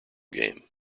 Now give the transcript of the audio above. game